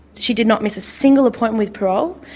she did not miss a single appointment with parole.